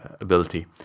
ability